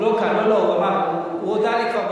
הוא אמר שיבוא?